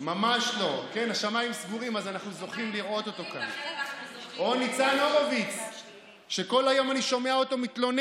ממש שבירה של הכלים הדמוקרטיים הכי בסיסיים